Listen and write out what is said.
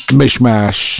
mishmash